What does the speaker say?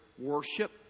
worship